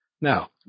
Now